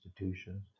institutions